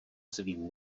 svým